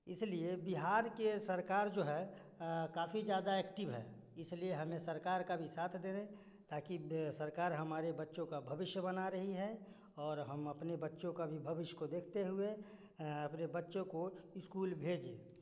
इसलिए बिहार के सरकार जो है काफ़ी ज़्यादा एक्टिव है इसलिए हमें सरकार भी साथ देवे ताकि सरकार हमारे बच्चों का भविष्य बना रही है और हम अपने बच्चों का भी भविष्य को देखते हुए अपने बच्चों को स्कूल भेजें